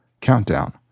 countdown